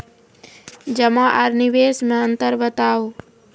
जमा आर निवेश मे अन्तर बताऊ?